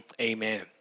amen